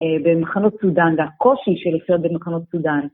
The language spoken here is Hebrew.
‫במחנות סודן, ‫והקושי של לחיות במחנות סודן.